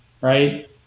right